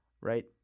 right